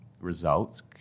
results